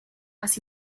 las